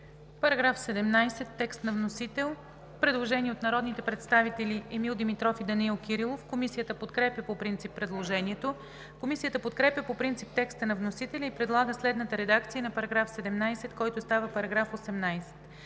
Параграф 17 – текст на вносител. Предложение от народните представители Емил Димитров и Данаил Кирилов. Комисията подкрепя по принцип предложението. Комисията подкрепя по принцип текста на вносителя и предлага следната редакция на § 17, който става § 18: „§ 18.